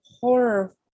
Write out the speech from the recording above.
horror